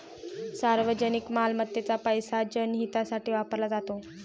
सार्वजनिक मालमत्तेचा पैसा जनहितासाठी वापरला जातो